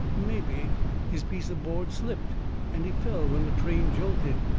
mebby his piece of board slipped and he fell when the train jolted.